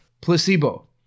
placebo